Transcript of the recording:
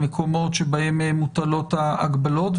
המקומות שבהם מוטלות ההגבלות.